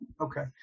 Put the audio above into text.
Okay